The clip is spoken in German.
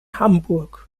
hamburg